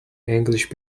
english